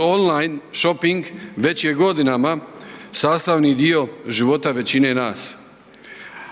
On line šoping već je godinama sastavni dio života većine nas,